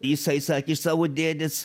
jisai sakė iš savo dėdės